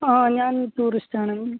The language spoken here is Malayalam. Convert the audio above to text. ആ ഞാൻ ടൂറിസ്റ്റാണ്